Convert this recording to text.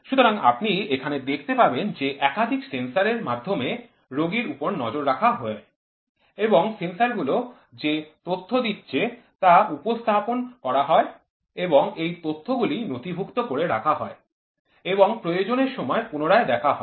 সুতরাং আপনি এখানে দেখতে পাবেন যে একাধিক সেন্সর এর মাধ্যমে রোগীর উপর নজর রাখা হয় এবং এই সেন্সরগুলো যা তথ্য দিচ্ছে তা উপস্থাপন করা হয় এবং এই তথ্যগুলি নথিভুক্ত করে রাখা হয় এবং প্রয়োজনের সময় পুনরায় দেখা হয়